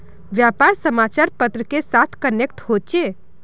व्यापार समाचार पत्र के साथ कनेक्ट होचे?